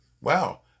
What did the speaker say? Wow